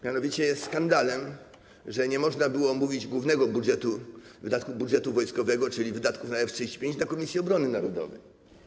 Mianowicie jest skandalem to, że nie można było omówić głównego budżetu - wydatków budżetu wojskowego, czyli wydatków na F-35, na posiedzeniu Komisji Obrony Narodowej.